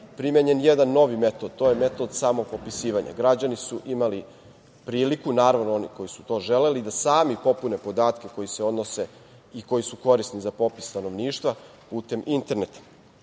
primenjen jedan novi metod, to je metod samopopisivanja. Građani su imali priliku, naravno oni koji su to želeli da sami popune podatke koji se odnose i koji su korisni za popis stanovništva, putem interneta.